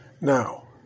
now